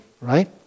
right